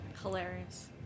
Hilarious